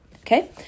Okay